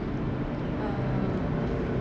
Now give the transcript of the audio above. ah